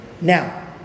now